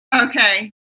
Okay